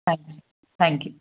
thank you thank you